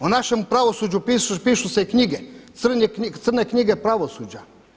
O našem pravosuđu pišu se knjige, crne knjige pravosuđa.